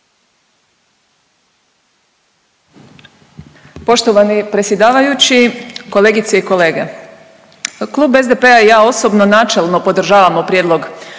Poštovani predsjedavajući. Kolegice i kolege. Klub SDP-a i ja osobno načelno podržavamo Prijedlog